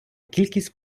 кількість